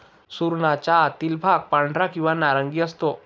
सुरणाचा आतील भाग पांढरा किंवा नारंगी असतो